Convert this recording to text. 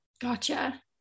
gotcha